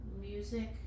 music